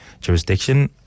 jurisdiction